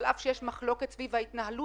על אף שיש מחלוקת סביב ההתנהלות,